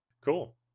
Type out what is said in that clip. Cool